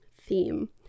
theme